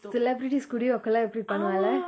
celebrities studio குலா எப்டி பன்னுவால:kula epdi pannuvala